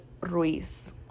Ruiz